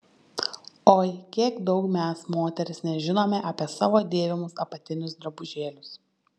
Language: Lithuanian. oi kiek daug mes moterys nežinome apie savo dėvimus apatinius drabužėlius